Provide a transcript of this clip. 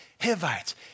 Hivites